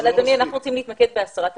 אדוני, אנחנו צריכים להתמקד בהסרת החסמים.